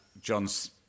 John's